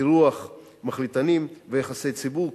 אירוח מחליטנים ויחסי ציבור,